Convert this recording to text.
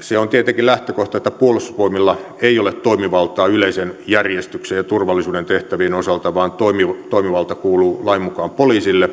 se on tietenkin lähtökohta että puolustusvoimilla ei ole toimivaltaa yleisen järjestyksen ja turvallisuuden tehtävien osalta vaan toimivalta toimivalta kuuluu lain mukaan poliisille